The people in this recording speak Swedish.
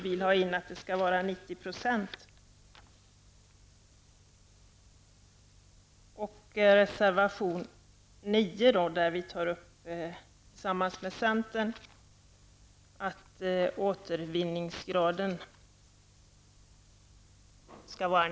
Jag yrkar bifall till reservation 9 där vi tillsammans med centern tar upp frågan om en återvinningsgrad på 98 %. I det här sammanhanget är det naturligtvis synd att det fortfarande finns PET-flaskor som inte kommer att tas till vara.